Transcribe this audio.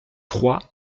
trois